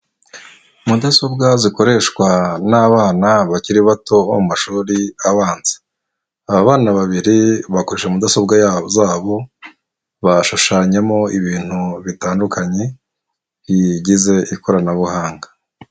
Mudasobwa zikoreshwa n'abana bakiri bato bo mu mashuri abanza, aba bana babiri bakoresha mudasobwa zabo bashushanyamo ibintu bitandukanye bigize ikoranabuhanga.